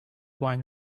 wine